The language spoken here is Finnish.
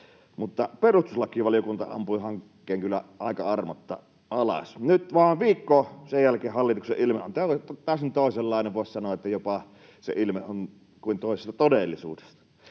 perustuslakivaliokunta ampui hankkeen kyllä aika armotta alas. Nyt vain viikko sen jälkeen hallituksen ilme on täysin toisenlainen. Voisi jopa sanoa, että se ilme on kuin toisesta todellisuudesta.